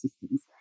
systems